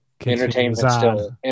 entertainment